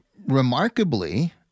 remarkably